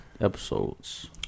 episodes